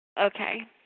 Okay